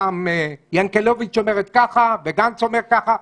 פעם ינקלביץ' אומרת ככה וגנץ אומר ככה.